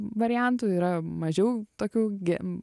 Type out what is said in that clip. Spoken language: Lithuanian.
variantų yra mažiau tokių gi